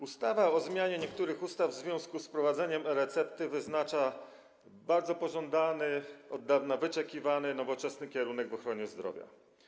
Ustawa o zmianie niektórych ustaw w związku z wprowadzeniem e-recepty wyznacza bardzo pożądany, od dawna wyczekiwany nowoczesny kierunek w ochronie zdrowia.